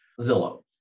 zillow